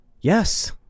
Yes